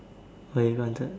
oh you counted